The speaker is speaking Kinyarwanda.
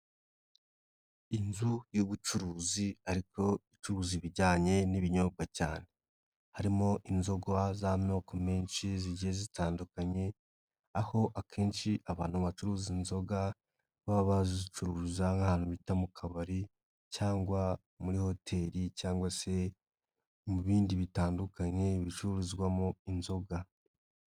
Inzu y'ubucuruzi ariko icuruza ibijyanye n'ibinyobwa cyane, harimo inzoga z'amoko menshi zigiye zitandukanye aho akenshi abantu bacuruza inzoga baba bazicuruza nk'ahantu bita mu kabari cyangwa muri hoteli cyangwa se mu bindi bitandukanye bicuruzwamo inzoga.